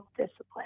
discipline